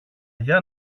για